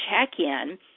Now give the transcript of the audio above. check-in